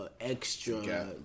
extra